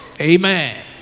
Amen